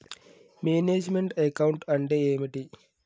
Manage meant account అంటే ఏమిటి?